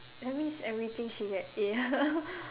that means everything she had A